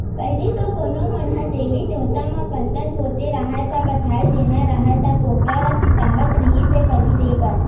पहिली तो कोनो मन ह देवी देवता म बदना बदे राहय ता, बधई देना राहय त बोकरा ल बिसावत रिहिस हे बली देय बर